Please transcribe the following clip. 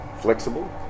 Flexible